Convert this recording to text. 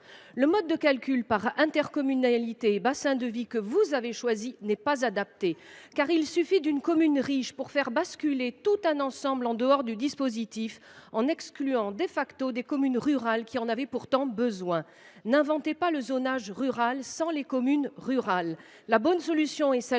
Le mode de calcul par intercommunalité et bassin de vie, que vous avez choisi, n’est pas adapté, car il suffit d’une commune « riche » pour faire basculer tout un ensemble en dehors du dispositif, en excluant,, des communes rurales qui en auraient pourtant besoin. N’inventez pas le zonage rural sans les communes rurales ! La bonne solution est celle